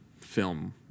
film